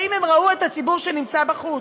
האם הם ראו את הציבור שנמצא בחוץ?